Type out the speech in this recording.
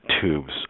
tubes